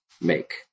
make